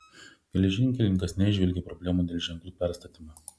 geležinkelininkas neįžvelgė problemų dėl ženklų perstatymo